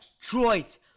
Detroit